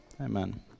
Amen